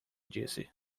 disse